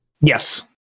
Yes